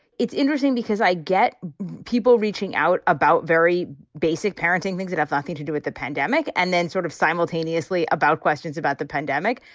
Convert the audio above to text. it's interesting because i get people reaching out about very basic parenting, things that have nothing to do with the pandemic and then sort of simultaneously about questions about the pandemic.